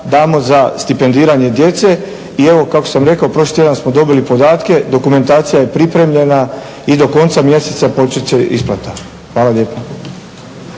damo za stipendiranje djece i evo kako sam rekao prošli tjedan smo dobili podatke, dokumentacija je pripremljena i do konca mjeseca počet će isplata. Hvala lijepo.